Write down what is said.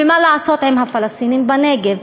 ומה לעשות עם הפלסטינים בנגב.